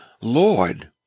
Lord